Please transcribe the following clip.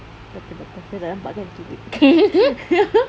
takpe takpe kau tak nampak kan okay good